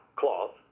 cloth